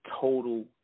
total